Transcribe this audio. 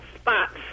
spots